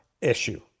issue